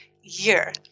year